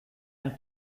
and